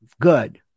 good